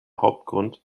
hauptgrund